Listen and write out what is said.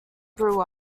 brewer